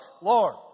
Lord